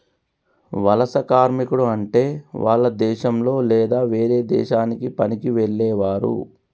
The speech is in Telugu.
వలస కార్మికుడు అంటే వాల్ల దేశంలొ లేదా వేరే దేశానికి పనికి వెళ్లేవారు